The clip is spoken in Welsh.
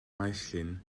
maesllyn